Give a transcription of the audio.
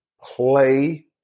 play